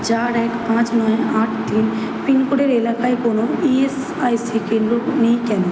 চার এক পাঁচ নয় আট তিন পিনকোডের এলাকায় কোনও ইএসআইসি কেন্দ্র নেই কেন